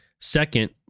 Second